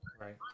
Right